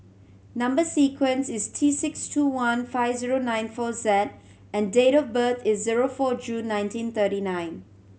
number sequence is T six two one five zero nine four Z and date of birth is zero four June nineteen thirty nine